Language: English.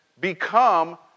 become